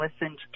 listened